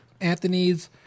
Anthony's